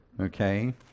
Okay